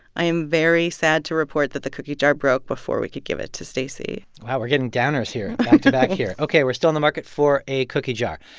i am very sad to report that the cookie jar broke before we could give it to stacey wow, we're getting downers here back-to-back here. ok, we're still on the market for a cookie jar.